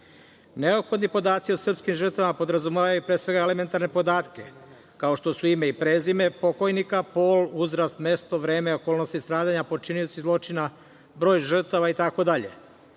podaci o srpski žrtvama podrazumevaju pre svega elementarne podatke, kao što su ime i prezime pokojnika, pol, uzrast, mesto, vreme i okolnosti stradanja, počinioci zločina, broj žrtava itd.